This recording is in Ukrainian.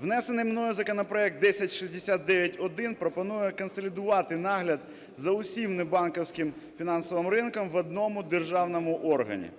Внесений мною законопроект 1069-1 пропонує консолідувати нагляд за усім банківсько-фінансовим ринком в одному державному органі.